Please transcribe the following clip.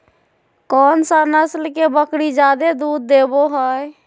कौन सा नस्ल के बकरी जादे दूध देबो हइ?